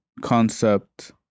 concept